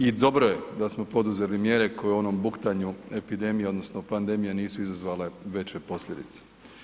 I dobro je da smo poduzeli mjere koje je u onom buktanju epidemije odnosno pandemije nisu izazvale veće posljedice.